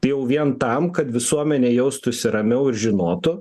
jau vien tam kad visuomenė jaustųsi ramiau ir žinotų